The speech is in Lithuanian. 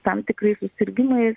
tam tikrais susirgimais